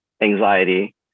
anxiety